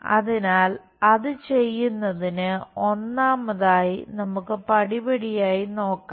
അതിനാൽ അത് ചെയ്യുന്നതിന് ഒന്നാമതായി നമുക്ക് പടിപടിയായി നോക്കാം